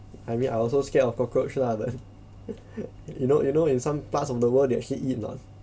I mean I also scared of cockroach lah but you know you know in some parts of the world they actually eat not